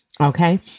okay